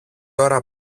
ώρα